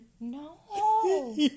No